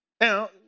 Now